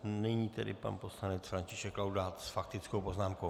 Nyní tedy pan poslanec František Laudát s faktickou poznámkou.